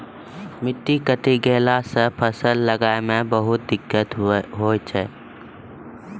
मिट्टी कटी गेला सॅ फसल लगाय मॅ बहुते दिक्कत होय छै